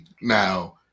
Now